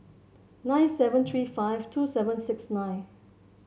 nine seven three five two seven six nine